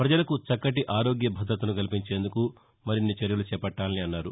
పజలకు చక్కటి ఆరోగ్య భద్రతను కల్పించేందుకు మరిన్ని చర్యలు చేపట్టాలని అన్నారు